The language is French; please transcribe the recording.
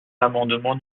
l’amendement